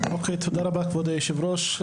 תודה רבה כבוד היושב ראש.